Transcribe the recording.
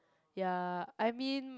ya I mean